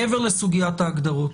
מעבר לסוגיות ההגדרות,